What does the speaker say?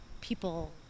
people